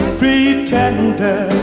pretender